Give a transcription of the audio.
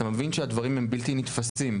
אתה מבין שהדברים הם בלתי נתפסים.